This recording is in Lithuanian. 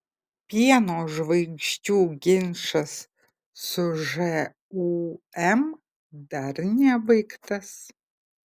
pieno žvaigždžių ginčas su žūm dar nebaigtas